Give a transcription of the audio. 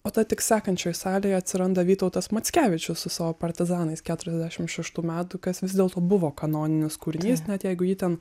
o ta tik sekančioje salėje atsiranda vytautas mackevičius su savo partizanais keturiasdešimt šeštų metų kas vis dėlto buvo kanoninis kūrinys net jeigu jį ten